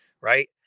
right